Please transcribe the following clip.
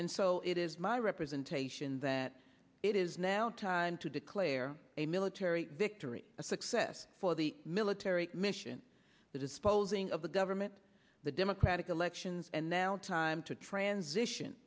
and so it is my representation that it is now time to declare a military victory a success for the military mission the disposing of the government the democratic elections and now time to transition